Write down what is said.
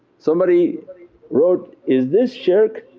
somebody wrote, is this shirk?